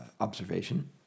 observation